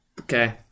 okay